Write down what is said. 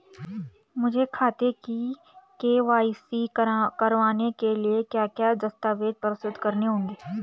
मुझे खाते की के.वाई.सी करवाने के लिए क्या क्या दस्तावेज़ प्रस्तुत करने होंगे?